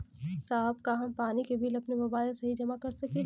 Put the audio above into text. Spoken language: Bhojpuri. साहब का हम पानी के बिल अपने मोबाइल से ही जमा कर सकेला?